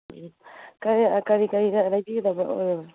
ꯎꯝ ꯀꯔꯤ ꯀꯔꯤ ꯂꯩꯕꯤꯒꯗꯕ ꯑꯣꯏꯔꯕꯅꯣ